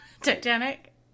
Titanic